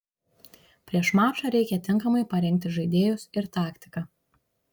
prieš mačą reikia tinkamai parengti žaidėjus ir taktiką